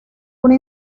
una